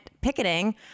picketing